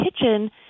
kitchen